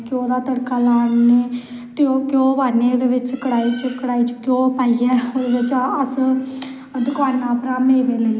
खान बास्तै बसाखी गी मेला लगदा बसाखी न्हान जंदे लोग बसाखी गी बब्बर बनांदे